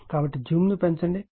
కాబట్టి జూమ్ని పెంచండి